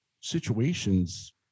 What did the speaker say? situations